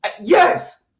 yes